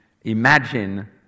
imagine